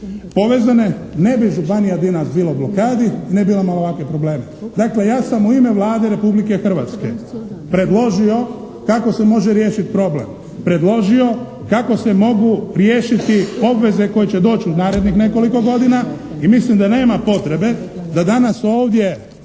povezane. Ne bi županija danas bila u blokadi, ne bi imala ovakve probleme. Dakle ja sam u ime Vlade Republike Hrvatske predložio kako se može riješiti problem, predložio kako se mogu riješiti obveze koje će doći u narednih nekoliko godina i mislim da nema potrebe da danas ovdje